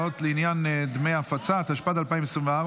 התשפ"ד 2024,